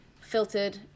filtered